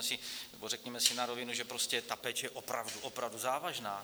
Nebo řekněme si na rovinu, že prostě ta péče je opravdu, opravdu závažná.